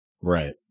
right